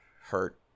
hurt